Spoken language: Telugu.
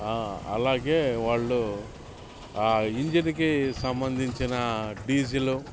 అలాగే వాళ్ళు ఆ ఇంజిన్కి సంబంధించిన డీజిలొ